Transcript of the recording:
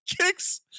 Kicks